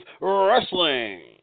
Wrestling